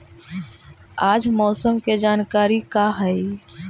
आज मौसम के जानकारी का हई?